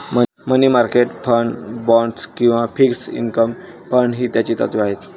मनी market fund, bonds किंवा fixed income fund ही त्याची तत्त्वे आहेत